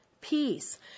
peace